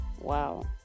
Wow